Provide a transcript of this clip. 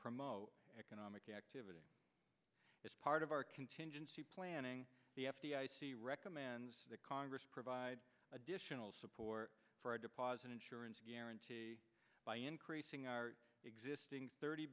promote economic activity is part of our contingency planning the f d i c recommends that congress provide additional support for a deposit insurance guarantee by increasing our existing thirty